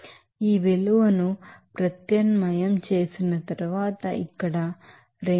కాబట్టి ఈ విలువ ను ప్రత్యామ్నాయం చేసిన తరువాత ఇక్కడ 2